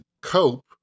cope